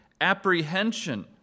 apprehension